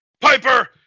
Piper